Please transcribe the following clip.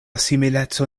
simileco